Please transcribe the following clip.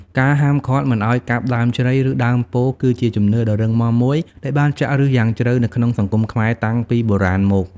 ការហាមឃាត់មិនឱ្យកាប់ដើមជ្រៃ ឬដើមពោធិ៍គឺជាជំនឿដ៏រឹងមាំមួយដែលបានចាក់ឫសយ៉ាងជ្រៅនៅក្នុងសង្គមខ្មែរតាំងពីបុរាណមក។